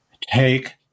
take